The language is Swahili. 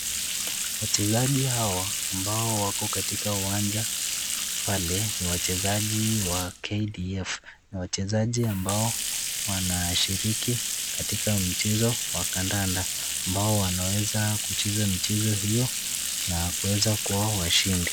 Wachezaji hawa, ambao wako katika uwanja pale , ni wachezaji wa kdf, ni wachezaji ambao wanashii katika mchezo wa kadanda, ambao wanaweza kucheza michezo hiyo, na kuweza kuwa washindi.